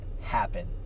happen